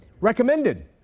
recommended